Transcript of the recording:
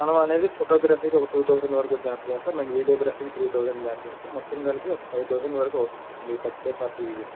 మనం అనేది ఫోటోగ్రఫీకి ఒక టూ థౌసండ్ వరకు ఛార్జ్ చేస్తాం మళ్ళీ వీడియోగ్రఫీకి త్రీ థౌజండ్ ఛార్జ్ చేస్తాం మొత్తం కలిపి ఒక ఫైవ్ థౌసండ్ వరకు అవుతుంది సార్ మీ బర్త్డే పార్టీ ఈవెంట్కి